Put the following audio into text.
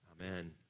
Amen